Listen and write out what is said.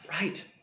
Right